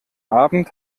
abend